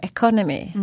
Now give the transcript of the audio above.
Economy